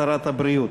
שרת הבריאות.